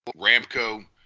Ramco